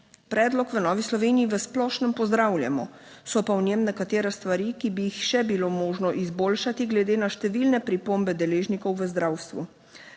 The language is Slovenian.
Predlog v Novi Sloveniji v splošnem pozdravljamo, so pa v njem nekatere stvari, ki bi jih še bilo možno izboljšati glede na številne pripombe deležnikov v zdravstvu.